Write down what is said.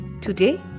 Today